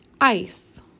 ice